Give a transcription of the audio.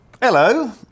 Hello